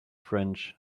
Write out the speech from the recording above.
french